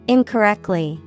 Incorrectly